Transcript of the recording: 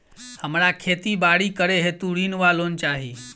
हमरा खेती बाड़ी करै हेतु ऋण वा लोन चाहि?